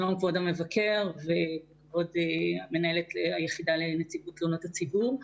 שלום כבוד המבקר וכבוד מנהלת נציבות תלונות הציבור.